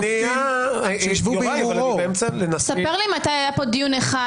רשאי למנות לכהונה בפועל,